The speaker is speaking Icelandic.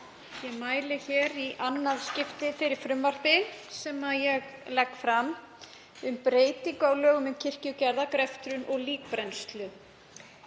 Ég mæli hér í annað skipti fyrir frumvarpi sem ég legg fram um breytingu á lögum um kirkjugarða, greftrun og líkbrennslu.